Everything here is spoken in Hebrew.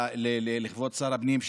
לכבוד שר הפנים.